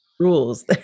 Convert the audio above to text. Rules